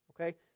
Okay